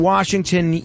Washington